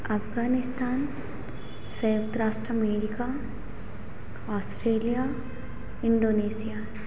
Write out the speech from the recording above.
अफ़ग़ानिस्तान संयुक्त राष्ट्र America Australia Indonesia